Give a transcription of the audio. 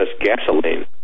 gasoline